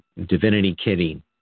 divinitykitty